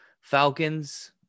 Falcons